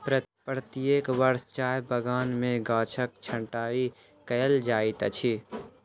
प्रत्येक वर्ष चाय बगान में गाछक छंटाई कयल जाइत अछि